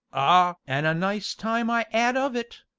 ah! an' a nice time i ad of it,